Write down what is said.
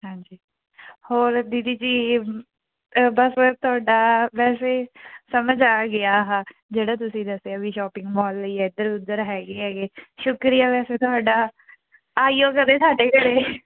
ਹਾਂਜੀ ਹੋਰ ਦੀਦੀ ਜੀ ਬਸ ਤੁਹਾਡਾ ਵੈਸੇ ਸਮਝ ਆ ਗਿਆ ਆਹ ਜਿਹੜਾ ਤੁਸੀਂ ਦੱਸਿਆ ਵੀ ਸ਼ੋਪਿੰਗ ਮੋਲ ਲਈ ਇੱਧਰ ਉੱਧਰ ਹੈਗੇ ਹੈਗੇ ਸ਼ੁਕਰੀਆ ਵੈਸੇ ਤੁਹਾਡਾ ਆਇਓ ਕਦੇ ਸਾਡੇ ਘਰ